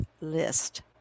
list